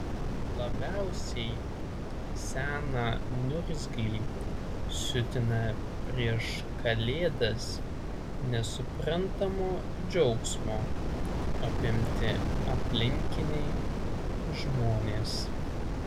labiausiai seną niurzglį siutina prieš kalėdas nesuprantamo džiaugsmo apimti aplinkiniai žmonės